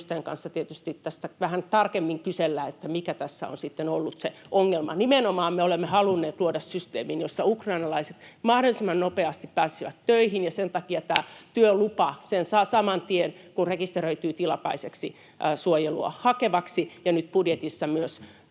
tästä vähän tarkemmin kysellä, mikä tässä on sitten ollut se ongelma. Nimenomaan me olemme halunneet luoda systeemin, jossa ukrainalaiset mahdollisimman nopeasti pääsisivät töihin, ja sen takia tämän työluvan saa saman tien, kun rekisteröityy tilapäistä suojelua hakevaksi, ja nyt budjetissa myös